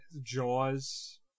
Jaws